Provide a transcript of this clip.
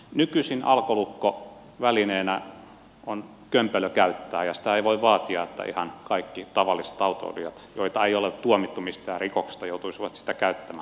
nykyisin alkolukko välineenä on kömpelö käyttää ja ei voi vaatia että ihan kaikki tavalliset autoilijat joita ei ole tuomittu mistään rikoksesta joutuisivat sitä käyttämään